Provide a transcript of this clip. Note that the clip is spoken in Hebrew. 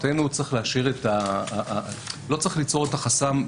לדעתנו לא צריך ליצור את החסם.